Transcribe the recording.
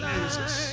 Jesus